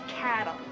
cattle